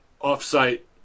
off-site